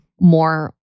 more